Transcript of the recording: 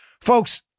Folks